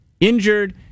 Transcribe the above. Injured